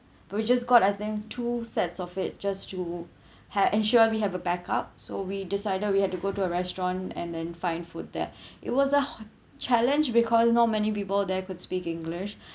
but we just got I think two sets of it just to had ensure we have a backup so we decided we had to go to a restaurant and then find food there it was a hor~ challenge because not many people there could speak english